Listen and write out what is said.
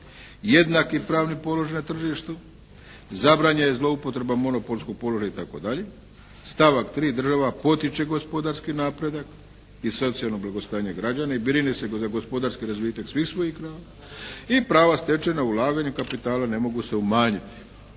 jednaki pravni položaj na tržištu. Zabranjena zloupotreba monopolskog položaja i tako dalje. Stavak 3. Država potiče gospodarski napredak i socijalno blagostanje građana i brine se za gospodarski razvitak svih svojih … /Govornik se ne razumije./ … i prava stečena ulaganjem kapitala ne mogu se umanjiti."